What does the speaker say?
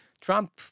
Trump